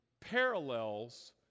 parallels